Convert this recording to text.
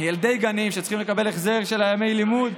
ילדי גנים, שצריכים לקבל החזר של ימי לימוד.